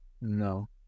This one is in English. No